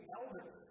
elders